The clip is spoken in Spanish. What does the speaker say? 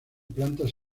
plantas